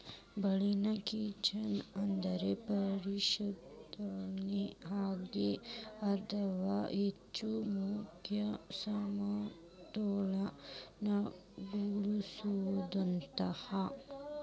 balance checking ಅರ್ಥ ಪರಿಶೇಲನಾ ಖಾತೆ ಅಥವಾ ಚೆಕ್ ಬುಕ್ನ ಸಮತೋಲನಗೊಳಿಸೋದು ಅಂತ